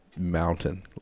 mountain